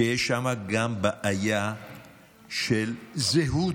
שיש שם גם בעיה של זהות.